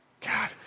God